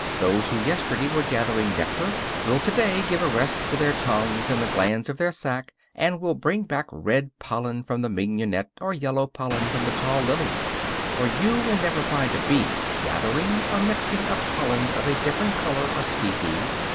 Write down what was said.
those who yesterday were gathering nectar will to-day give a rest to their tongues and the glands of their sac, and will bring back red pollen from the mignonette or yellow pollen from the tall lilies for you will never find a bee gathering or mixing up pollens of a different color or species,